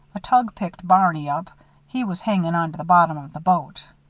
a tug picked barney up he was hangin' on to the bottom of the boat.